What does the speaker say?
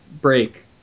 break